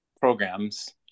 programs